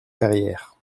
carrières